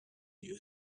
you